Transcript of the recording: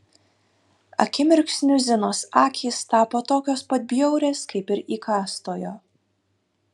akimirksniu zinos akys tapo tokios pat bjaurios kaip ir įkąstojo